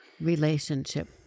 relationship